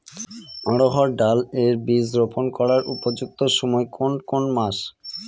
অড়হড় ডাল এর বীজ রোপন করার উপযুক্ত সময় কোন কোন মাস?